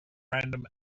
random